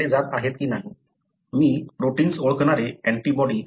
slide वेळ पहा 4825 मी प्रोटिन्स ओळखणारे अँटीबॉडी वापरू शकतो